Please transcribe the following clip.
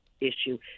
issue